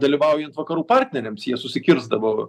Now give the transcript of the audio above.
dalyvaujant vakarų partneriams jie susikirsdavo